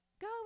go